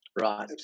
right